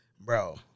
Bro